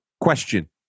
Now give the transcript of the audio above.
Question